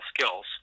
skills